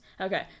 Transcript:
Okay